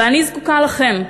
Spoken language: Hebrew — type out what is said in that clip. ואני זקוקה לכם,